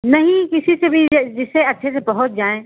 नहीं किसी से भी जिससे अच्छे से पहुँच जाए